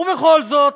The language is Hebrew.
ובכל זאת,